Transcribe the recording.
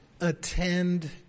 attend